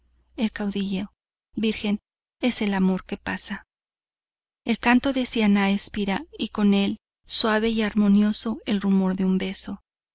virgen es el amor que pasa iv el canto de siannah expira y con el suave y armonioso el rumor de un beso